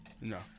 No